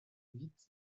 huit